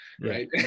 right